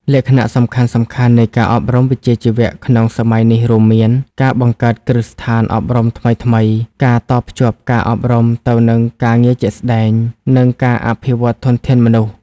លក្ខណៈសំខាន់ៗនៃការអប់រំវិជ្ជាជីវៈក្នុងសម័យនេះរួមមាន ការបង្កើតគ្រឹះស្ថានអប់រំថ្មីៗ ការតភ្ជាប់ការអប់រំទៅនឹងការងារជាក់ស្តែង និងការអភិវឌ្ឍធនធានមនុស្ស។